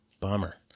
bummer